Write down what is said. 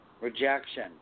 Rejection